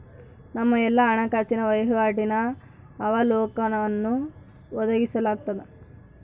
ನಮ್ಮ ಎಲ್ಲಾ ಹಣಕಾಸಿನ ವಹಿವಾಟಿನ ಅವಲೋಕನವನ್ನು ಒದಗಿಸಲಾಗ್ತದ